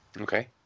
okay